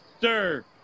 sir